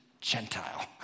Gentile